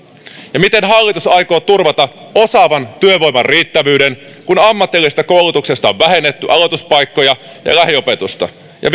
miten hallitus aikoo turvata osaavan työvoiman riittävyyden kun ammatillisesta koulutuksesta on vähennetty aloituspaikkoja ja lähiopetusta ja